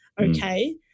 okay